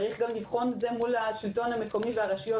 צריך לבחון את זה גם מול השלטון המקומי והרשויות,